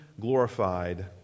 glorified